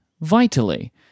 Vitally